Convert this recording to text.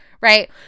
right